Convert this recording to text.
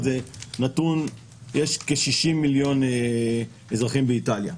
אז יש כ-60 מיליון אזרחים באיטליה.